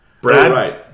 Brad